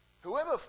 Whoever